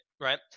right